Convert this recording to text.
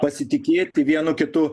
pasitikėti vienu kitu